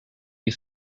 you